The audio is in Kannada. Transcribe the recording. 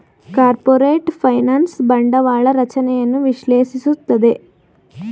ಕಾರ್ಪೊರೇಟ್ ಫೈನಾನ್ಸ್ ಬಂಡವಾಳ ರಚನೆಯನ್ನು ವಿಶ್ಲೇಷಿಸುತ್ತದೆ